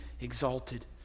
exalted